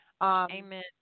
Amen